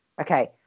Okay